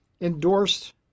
endorsed